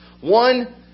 One